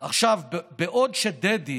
עכשיו, בעוד שדדי